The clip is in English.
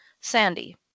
Sandy